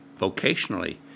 vocationally